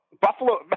Buffalo